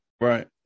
right